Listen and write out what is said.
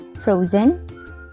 Frozen